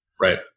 right